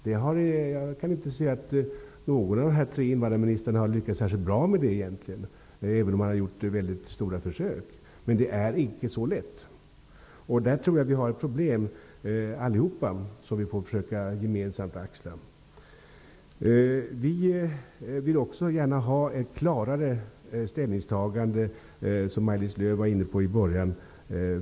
Jag kan inte se att någon av dessa tre invandrarministrar egentligen har lyckats särskilt bra med det, även om de har gjort stora försök. Men det är inte så lätt. Där tror jag vi allihop har ett problem som vi gemensamt får försöka axla. Vi vill också gärna ha ett klarare ställningstagande. Det var Maj-Lis Lööw inne på i början.